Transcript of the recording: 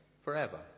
Forever